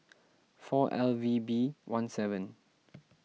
four L V B one seven